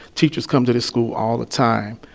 teachers come to this school all the time.